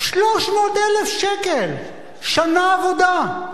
300,000 שקל, שנה עבודה,